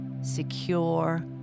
secure